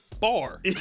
bar